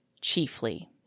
chiefly